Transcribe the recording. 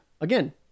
again